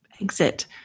Exit